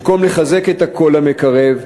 במקום לחזק את הקול המקרב,